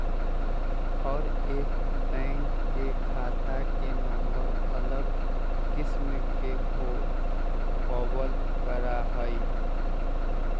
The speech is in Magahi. हर एक बैंक के खाता के नम्बर अलग किस्म के होबल करा हई